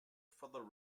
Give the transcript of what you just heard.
further